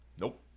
Nope